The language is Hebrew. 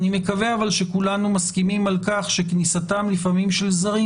אבל אני מקווה שכולנו מסכימים על כך שכניסתם של זרים,